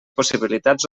possibilitats